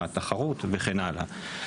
התחרות וכן הלאה.